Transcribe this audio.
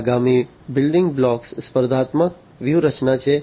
આગામી building block સ્પર્ધાત્મક વ્યૂહરચના છે